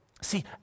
See